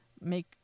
make